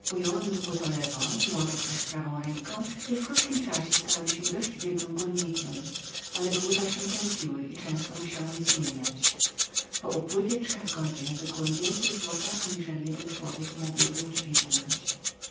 dłuto lewą młotek zaś prawą ręką i w krótkim czasie stałem się dość biegłym górnikiem ale dłuta się tępiły i często musiałem je odmieniać po upływie trzech godzin wykułem więcej złota aniżeli jeden człowiek